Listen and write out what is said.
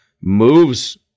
Moves